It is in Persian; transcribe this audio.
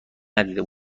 ندیده